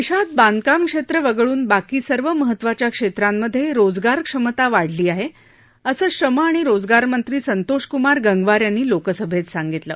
दशीत बांधकाम क्षप्रविगळून बाकी सर्व महत्त्वाच्या क्षप्रमिधसिजगारक्षमता वाढली आह असं श्रम आणि रोजगारमंत्री संतोषकुमार गंगवार यांनी लोकसभत सांगितलं